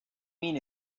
mean